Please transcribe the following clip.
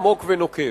עמוק ונוקב.